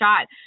shot